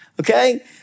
Okay